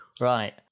right